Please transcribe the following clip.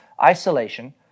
isolation